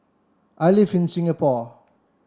I live in Singapore